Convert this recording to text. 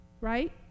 Right